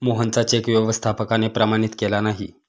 मोहनचा चेक व्यवस्थापकाने प्रमाणित केला नाही